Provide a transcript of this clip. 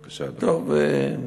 בבקשה, אדוני.